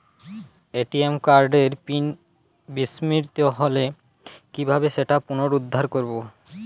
ATM কার্ডের PIN বিস্মৃত হলে কীভাবে সেটা পুনরূদ্ধার করব?